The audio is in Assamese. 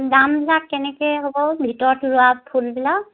দাম বা কেনেকৈ হ'ব ভিতৰত ৰোৱা ফুলবিলাক